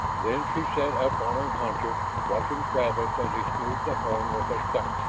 then she sat up on her haunches, watching travis as he smoothed the horn with a stone.